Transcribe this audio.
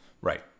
Right